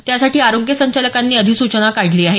त्यासाठी आरोग्य संचालकांनी अधिसूचना काढली आहे